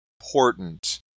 important